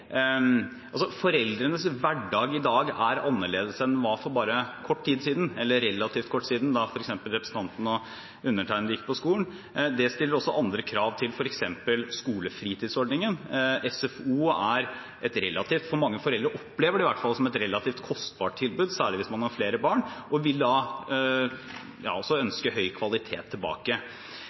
annerledes enn den var for relativt kort tid siden, f.eks. da representanten Nybø og undertegnede gikk på skolen. Det stiller også andre krav til f.eks. skolefritidsordningen. SFO oppleves for mange foreldre som et relativt kostbart tilbud, særlig hvis man har flere barn, og man ønsker seg da høy kvalitet tilbake.